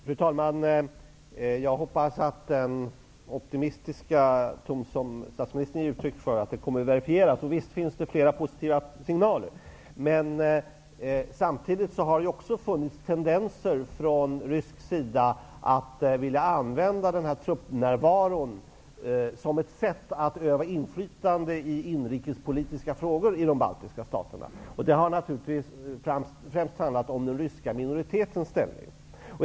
Fru talman! Jag hoppas att den optimistiska ton som statsministern ger uttryck för kommer att verifieras. Visst finns det flera positiva signaler, men samtidigt har det också funnits tendenser från rysk sida att vilja använda den här truppnärvaron som ett sätt att utöva inflytande i inrikespolitiska frågor i de baltiska staterna. Det har naturligtvis främst handlat om den ryska minoritetens ställning.